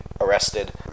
arrested